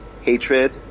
hatred